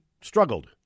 struggled